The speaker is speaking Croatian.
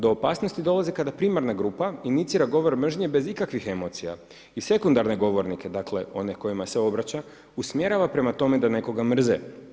Do opasnosti dolazi kada primarna grupa inicira govor mržnje bez ikakvih emocija i sekundarne govornike, dakle one kojima se obraća, usmjerava prema tome da nekoga mrze.